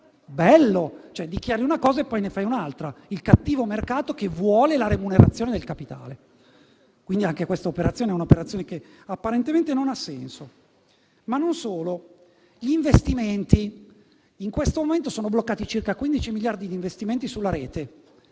Bello! Si dichiara una cosa e poi se ne fa un'altra; il cattivo mercato che vuole la remunerazione del capitale. Quindi anche questa è un'operazione che apparentemente non ha senso. Ma non solo; in questo momento sono bloccati circa 15 miliardi di euro di investimenti sulla rete.